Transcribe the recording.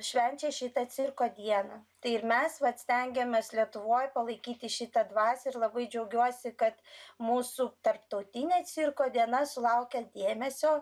švenčia šitą cirko dieną tai ir mes vat stengiamės lietuvoj palaikyti šitą dvasią ir labai džiaugiuosi kad mūsų tarptautinė cirko diena sulaukia dėmesio